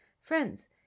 Friends